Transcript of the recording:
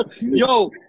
Yo